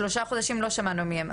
אז שלושה חודשים לא שמענו מהם,